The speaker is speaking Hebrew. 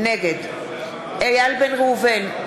נגד איל בן ראובן,